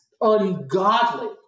ungodly